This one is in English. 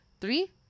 three